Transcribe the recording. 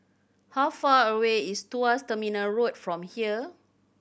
how far away is Tuas Terminal Road from here